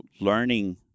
learning